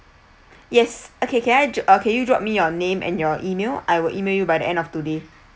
yes okay can I uh can you drop me your name and your email I will email by the end of today